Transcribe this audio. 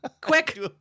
quick